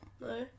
No